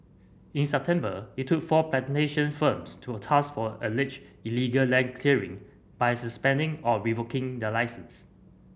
in September it took four plantation firms to a task for alleged illegal land clearing by suspending or revoking their licence